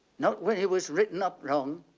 not when it was written up wrong.